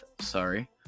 sorry